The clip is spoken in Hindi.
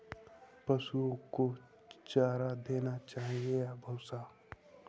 पशुओं को चारा देना चाहिए या भूसा?